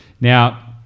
now